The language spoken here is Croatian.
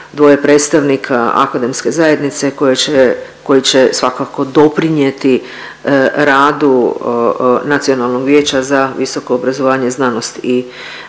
dvoje predstavnika akademske zajednice koji će svakako doprinijeti radu Nacionalnog vijeća za visoko obrazovanje, znanost i tehnološki